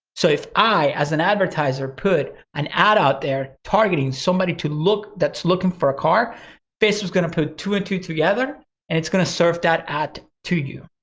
so if i, as an advertiser, put an ad out there, targeting somebody to look, that's looking for a car facebook's gonna put two and two together and it's gonna serve that ad to you,